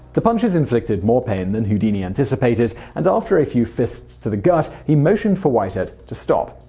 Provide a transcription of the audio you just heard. the punches inflicted more pain than houdini anticipated, and after a few fists to the gut, he motioned for whitehead to stop.